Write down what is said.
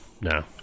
no